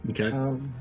okay